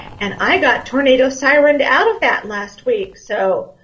and i got tornado sirens out of that last week so